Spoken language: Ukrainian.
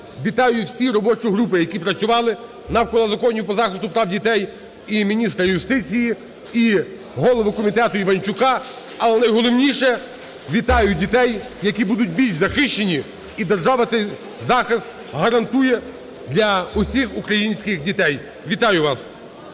вітаю всі робочі групи, які працювали навколо законів по захисту прав дітей, і міністра юстиції, і голову комітету Іванчука, але найголовніше – вітаю дітей, які будуть більш захищені, і держава цей захист гарантує для усіх українських дітей. Вітаю вас!